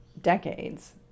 decades